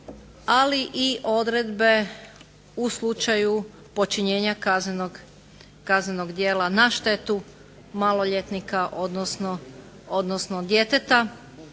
ali i odredbe u slučaju počinjenja kaznenog djela na štetu maloljetnika odnosno djeteta